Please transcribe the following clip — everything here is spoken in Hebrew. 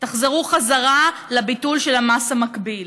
תחזרו חזרה לביטול של המס המקביל,